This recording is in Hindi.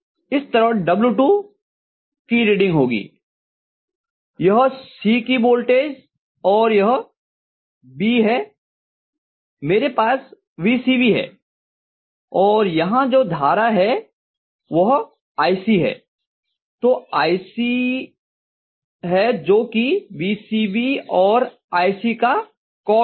इसी तरह W2 रीडिंग होगी यह C की वोल्टेज और यह B है मेरे पास vCB है और यहाँ जो धारा है वह ic है तो यह ic है जो कि vCB और iC का कौस होगा